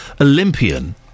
Olympian